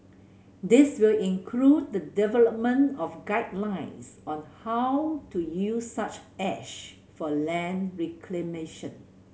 this will include the development of guidelines on how to use such ash for land reclamation